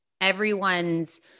everyone's